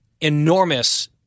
enormous